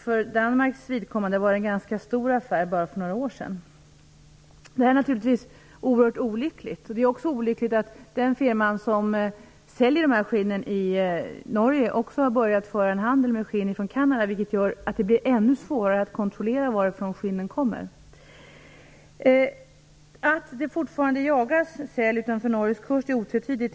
För Danmarks vidkommande var det en ganska stor affär bara för några år sedan. Det här är naturligtvis oerhört olyckligt. Det är också olyckligt att den firma som säljer de här skinnen i Norge också har börjat föra en handel med skinn från Canada, vilket gör att det blir ännu svårare att kontrollera varifrån skinnen kommer. Att det fortfarande jagas säl utanför Norges kust är otvetydigt.